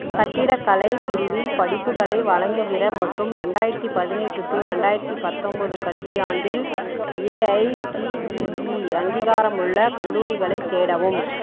கட்டிடக்கலை பிரிவில் படிப்புகளை வழங்குகிற மற்றும் ரெண்டாயிரத்தி பதினெட்டு டு ரெண்டாயிரத்தி பத்தொம்போது கல்வியாண்டில் ஏஐசிடிஇ அங்கீகாரமுள்ள கல்லூரிகளை தேடவும்